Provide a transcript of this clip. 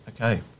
okay